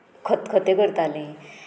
खतखतें करताली